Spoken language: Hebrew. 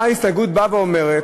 באה ההסתייגות ואומרת,